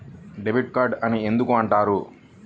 Debit card అని ఎందుకు అంటారు?